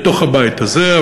בתוך הבית הזה,